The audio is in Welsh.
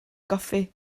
goffi